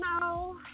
No